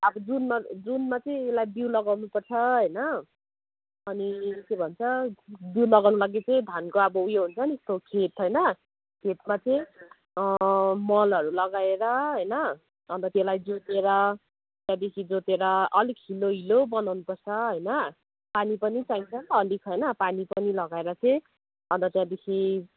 अब जुनमा जुनमा चाहिँ यसलाई बिउ लगाउनुपर्छ होइन अनि के भन्छ बिउ लगाउनको लागि चाहिँ धानको अब उयो हुन्छ नि त्यो खेत होइन खेतमा चाहिँ मलहरू लगाएर होइन अब त्यसलाई जोतेर त्यहाँदेखि जोतेर अलिक हिलो हिलो बनाउनुपर्छ होइन पानी पनि चाहिन्छ अलिक होइन पानी पनि लगाएर चाहिँ अन्त त्यहाँदेखि